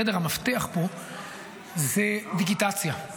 זה דיגיטציה,